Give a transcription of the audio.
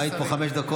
לא היית פה חמש דקות,